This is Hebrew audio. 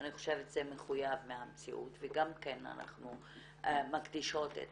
ואני חושבת שזה מחויב מהמציאות ואנחנו גם מקדישות את